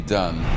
done